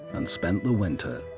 and spent the winter.